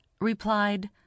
replied